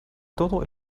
todo